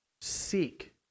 seek